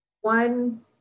one